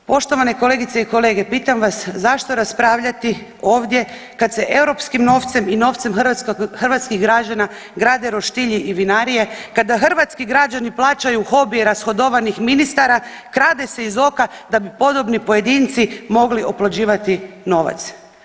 Poštovane kolegice i kolege, pitam vas zašto raspravljati ovdje kad se europskim novcem i novcem hrvatskih građana grade roštilj i vinarije, kada hrvatski građani plaćaju hobije rashodovanih ministara, krade se iz oka da bi podobni pojedinci mogli oplođivati novac.